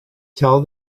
tell